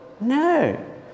No